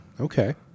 Okay